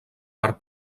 per